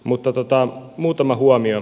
mutta muutama huomio